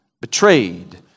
betrayed